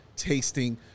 tasting